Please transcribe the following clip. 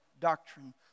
doctrine